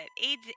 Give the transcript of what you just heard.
AIDS